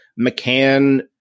McCann